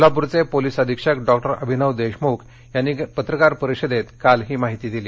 कोल्हापूरचे पोलीस अधीक्षक डॉक्टर अभिनव देशमुख यांनी पत्रकार परिषदेत काल ही माहिती दिली